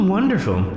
Wonderful